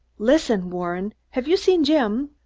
listen, warren! have you seen jim?